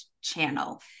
channel